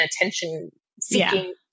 attention-seeking